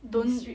don't